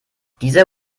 dieser